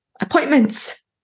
Appointments